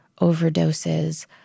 overdoses